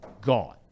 gone